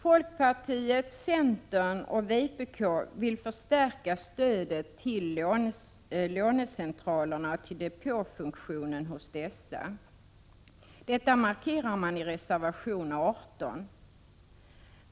Folkpartiet, centern och vpk vill förstärka stödet till lånecentralerna och till depåfunktionen hos dessa. Detta markerar man i reservation 18.